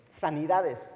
Sanidades